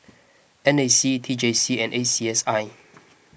N A C T J C and A C S I